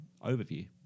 overview